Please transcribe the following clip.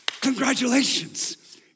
Congratulations